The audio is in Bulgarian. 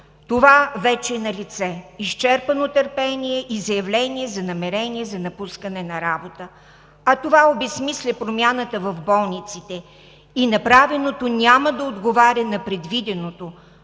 Това вече е налице – изчерпано търпение и заявление за намерение за напускане на работа. А това обезсмисля промяната в болниците и направеното няма да отговаря на предвиденото,